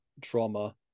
trauma